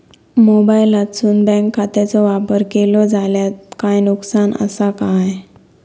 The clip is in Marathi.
मोबाईलातसून बँक खात्याचो वापर केलो जाल्या काय नुकसान असा काय?